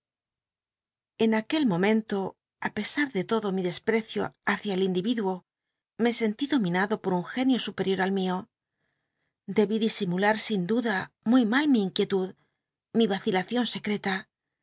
en aquel momento ti pesar de todo mi dcspi'ccio mcia el individu o me scnli dom inado por llll genio qtpcrior al mio debí disimular sin duda muy mal mi inquietud mi vacilacion secreta